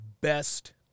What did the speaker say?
best –